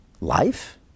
life